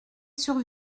sur